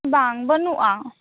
ᱵᱟᱝ ᱵᱟᱹᱱᱩᱜᱼᱟ